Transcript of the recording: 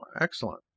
excellent